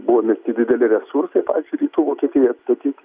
buvo mesti dideli resursai pavyzdžiui rytų vokietijai atstatyti